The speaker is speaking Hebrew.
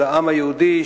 של העם היהודי,